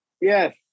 yes